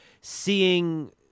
seeing